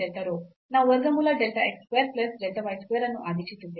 ನಾವು ವರ್ಗಮೂಲ delta x square plus delta y square ಅನ್ನು ಆದೇಶಿಸಿದ್ದೇವೆ